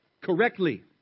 correctly